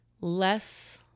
less